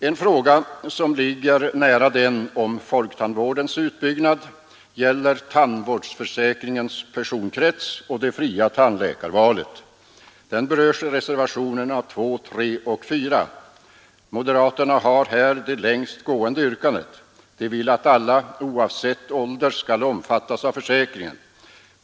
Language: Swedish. En fråga som ligger nära den om folktandvårdens utbyggnad gäller tandvårdsförsäkringens personkrets och det fria tandläkarvalet. Den berörs i reservationerna II, III och IV. Moderaterna har här det längst gående yrkandet. De vill att alla, oavsett ålder, skall omfattas av försäkringen.